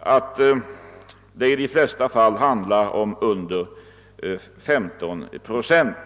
att det i de flesta fall handlar om under 15 procent.